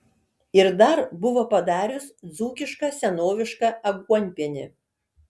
ir dar buvo padarius dzūkišką senovišką aguonpienį